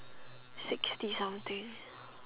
sixty something